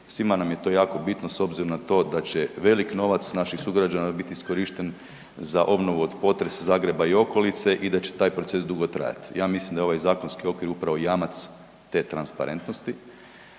svima nam je to jako bitno s obzirom na to da će veliki novac naših sugrađana biti iskorišten za obnovu od potresa Zagreba i okolice i da će taj proces dugo trajati. Ja mislim da je ovaj zakonski okvir upravo jamac te transparentnosti